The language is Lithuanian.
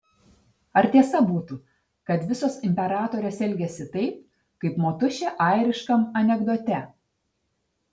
ar tiesa būtų kad visos imperatorės elgiasi taip kaip motušė airiškam anekdote